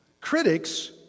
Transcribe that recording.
Critics